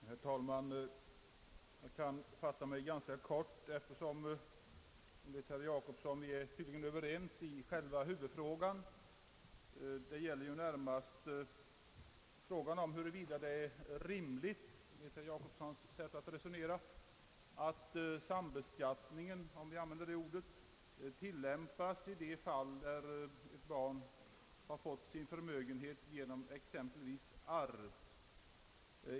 Herr talman! Jag kan fatta mig ganska kort, eftersom vi enligt herr Jacobsson tydligen är överens i själva huvudfrågan. Debatten gäller närmast huruvida det är rimligt, enligt herr Jacobssons sätt att resonera, att sambeskattning — om vi skall använda det ordet — tillämpas då barn fått sin förmögenhet genom exempelvis arv.